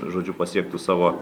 žodžiu pasiektų savo